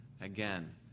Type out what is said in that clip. again